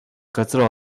газраа